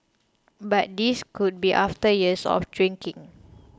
but this could be after years of drinking